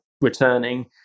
returning